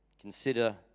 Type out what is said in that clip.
Consider